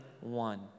one